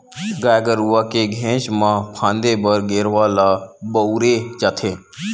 गाय गरुवा के घेंच म फांदे बर गेरवा ल बउरे जाथे